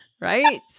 Right